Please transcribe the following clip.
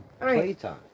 playtime